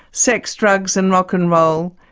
sex, drugs and rock and n' roll,